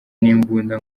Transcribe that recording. n’imbunda